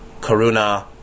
karuna